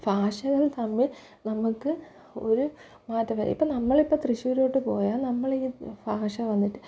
ഭാഷകൾ തമ്മിൽ നമുക്ക് ഒരു മാറ്റം വരുക ഇപ്പം നമ്മളിപ്പം തൃശ്ശൂരോട്ട് പോയാൽ നമ്മളെ ഈ ഭാഷ വന്നിട്ട്